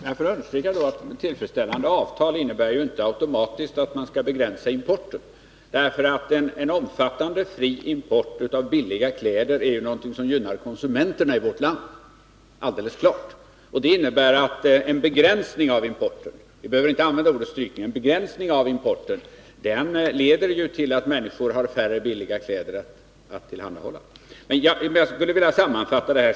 Herr talman! Jag får understryka att tillfredsställande avtal inte automatiskt innebär en begränsning av importen. En omfattande fri import av billiga kläder är någonting som gynnar konsumenterna i vårt land — det är alldeles klart. En begränsning av importen — vi behöver inte använda ordet strypning — leder ju till att människor i mindre utsträckning får tillgång till billiga kläder.